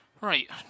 Right